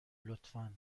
لطفا